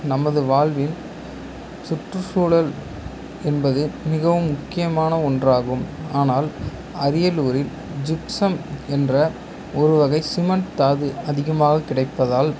நமது வாழ்வில் சுற்றுசூழல் என்பது மிகவும் முக்கியமான ஒன்றாகும் ஆனால் அரியலூரில் ஜிப்சம் என்ற ஒரு வகை சிமெண்ட் தாது அதிகமாக கிடைப்பதால்